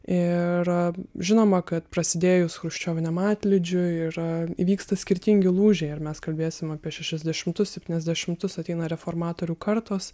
ir žinoma kad prasidėjus chruščioviniam atlydžiui yra įvyksta skirtingi lūžiai ar mes kalbėsim apie šešiasdešimtus septyniasdešimtus ateina reformatorių kartos